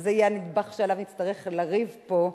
זה יהיה הנדבך שעליו נצטרך לריב פה.